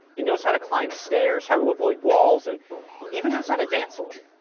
it knows how to climb stairs, how to avoid walls, and even knows how to dance a